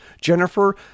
Jennifer